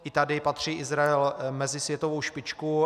I tady patří Izrael mezi světovou špičku.